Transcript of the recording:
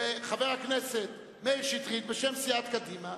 וחבר הכנסת מאיר שטרית, בשם סיעת קדימה,